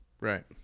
Right